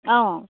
অঁ